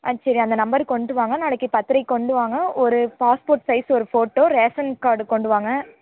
ஆ சரி அந்த நம்பர் கொண்டு வாங்க நாளைக்கு பத்தரைக்கி கொண்டு வாங்க ஒரு பாஸ்போர்ட் சைஸ் ஒரு ஃபோட்டோ ரேஷன் கார்டு கொண்டு வாங்க